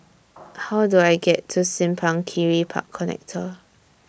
How Do I get to Simpang Kiri Park Connector